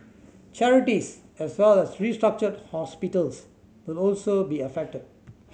charities as well as restructured hospitals will also be affected